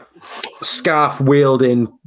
scarf-wielding